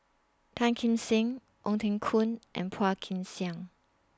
Tan Kim Seng Ong Teng Koon and Phua Kin Siang